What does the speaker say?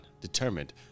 determined